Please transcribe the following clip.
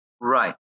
Right